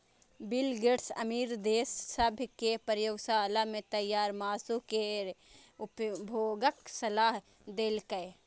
bill Gates अमीर देश सभ कें प्रयोगशाला मे तैयार मासु केर उपभोगक सलाह देलकैए